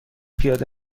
پیاده